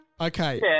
Okay